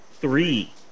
three